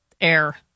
Air